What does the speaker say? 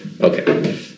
Okay